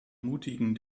mutigen